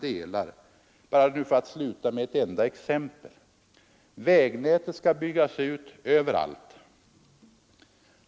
Center partiet säger att vägnätet skall byggas ut överallt, i landets alla delar.